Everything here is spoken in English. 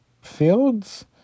Fields